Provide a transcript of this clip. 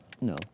No